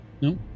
No